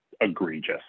egregious